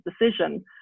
decision